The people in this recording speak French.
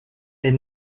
est